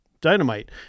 Dynamite